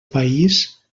país